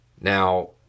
Now